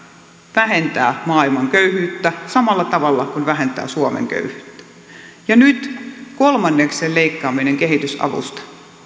vähentää maailman köyhyyttä samalla tavalla kuin vähennetään suomen köyhyyttä ja nyt kolmanneksen leikkaaminen kehitysavusta